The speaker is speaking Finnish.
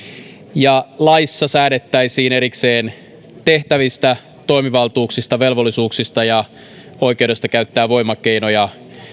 ja laissa säädettäisiin erikseen tehtävistä toimivaltuuksista velvollisuuksista ja oikeudesta käyttää voimakeinoja